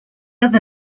other